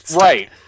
Right